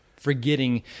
forgetting